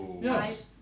Yes